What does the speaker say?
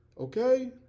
okay